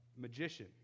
magician